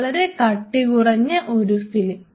വളരെ കട്ടി കുറഞ്ഞ ഒരു ഫിലിം